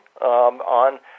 on